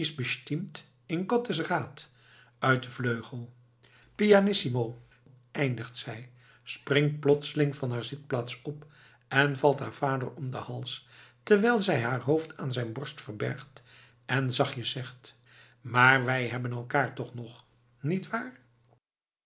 uit den vleugel pianissimo eindigt zij springt plotseling van haar zitplaats op en valt haar vader om den hals terwijl zij haar hoofd aan zijn borst verbergt en zachtjes zegt maar wij hebben elkaar toch nog niet waar